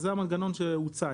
זה המנגנון שהוצע.